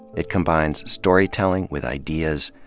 it combines storytelling with ideas,